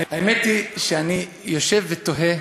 האמת היא שאני יושב ותוהה,